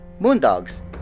Moondogs